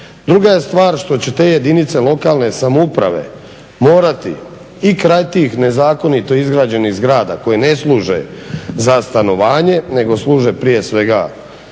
Druga je stvar što će te jedinice lokalne samouprave morati i … nezakonito izgrađenih zgrada koje ne služe za stanovanje nego služe prije svega